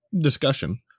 discussion